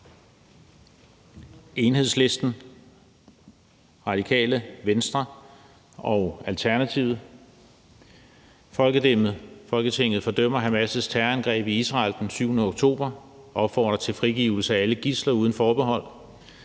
Enhedslisten, Radikale Venstre og Alternativet: Forslag til vedtagelse »Folketinget fordømmer Hamas' terrorangreb i Israel 7. oktober 2023 og opfordrer til frigivelse af alle gidsler uden forbehold.